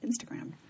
Instagram